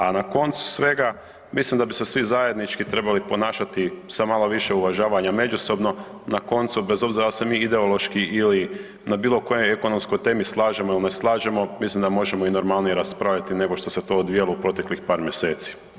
A na koncu svega mislim da bi se svi zajednički trebali ponašati sa malo više uvažavanja međusobno, na koncu bez obzira da li se mi ideološki ili na bilo kojoj ekonomskoj temi slažemo ili ne slažemo, mislim da možemo i normalnije raspravljati nego što se to odvijalo u proteklih par mjeseci.